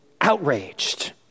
outraged